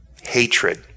hatred